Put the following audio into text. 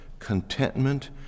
contentment